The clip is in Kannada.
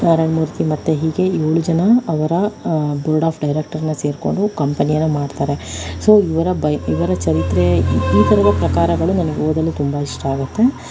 ನಾರಾಯಣ್ ಮೂರ್ತಿ ಮತ್ತೆ ಹೀಗೆ ಏಳು ಜನ ಅವರ ಬೋರ್ಡ್ ಆಫ್ ಡೈರಕ್ಟರ್ನ ಸೇರಿಕೊಂಡು ಕಂಪನಿಯನ್ನು ಮಾಡ್ತಾರೆ ಸೊ ಇವರ ಬಯ್ ಇವರ ಚರಿತ್ರೆ ಈ ಥರದ ಪ್ರಕಾರಗಳು ನನಗೆ ಓದಲು ತುಂಬ ಇಷ್ಟ ಆಗತ್ತೆ